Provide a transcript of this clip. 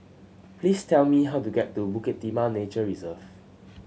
please tell me how to get to Bukit Timah Nature Reserve